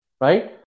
right